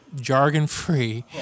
jargon-free